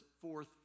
fourth